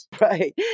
Right